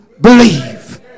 believe